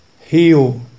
heal